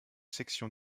section